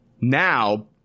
now